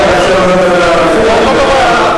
בדיוק אותו דבר כמו כשאמרת עכשיו.